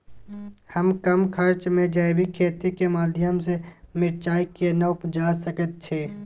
हम कम खर्च में जैविक खेती के माध्यम से मिर्चाय केना उपजा सकेत छी?